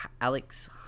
Alex